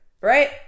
right